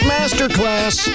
Masterclass